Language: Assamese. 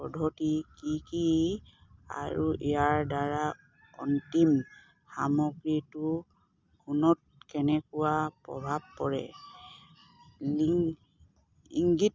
পদ্ধতি কি কি আৰু ইয়াৰদ্বাৰা অন্তিম সামগ্ৰীটো গুণত কেনেকুৱা প্ৰভাৱ পৰে ইংগিত